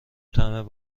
طعم